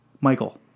Michael